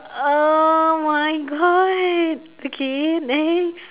oh my god okay next